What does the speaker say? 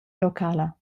locala